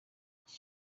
iki